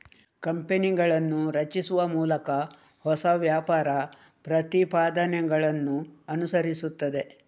ಕಂಪನಿಗಳನ್ನು ರಚಿಸುವ ಮೂಲಕ ಹೊಸ ವ್ಯಾಪಾರ ಪ್ರತಿಪಾದನೆಗಳನ್ನು ಅನುಸರಿಸುತ್ತದೆ